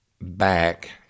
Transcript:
back